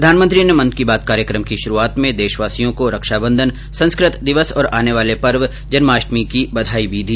प्रधानमंत्री ने मन की बात कार्यक्रम की शुरूआत में देशवासी को रक्षाबंधन संस्कृत दिवस और आने वाले पर्व जन्माष्टमी की बधाई भी दी